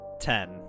Ten